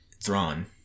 Thrawn